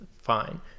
fine